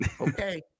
Okay